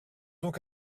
donc